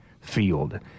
field